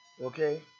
Okay